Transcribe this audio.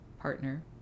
partner